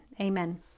amen